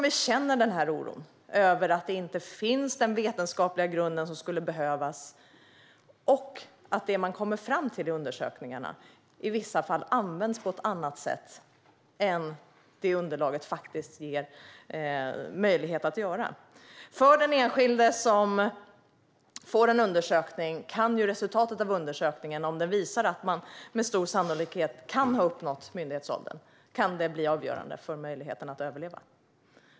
Vi känner en oro över att den vetenskapliga grund som behövs inte finns och att det man kommer fram till i undersökningarna i vissa fall används på ett annat sätt än underlaget ger möjlighet till. För den enskilde som gör en undersökning kan resultatet av undersökningen, om den visar att man med stor sannolikhet har uppnått myndighetsålder, bli avgörande för möjligheten att överleva.